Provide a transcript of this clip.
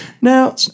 now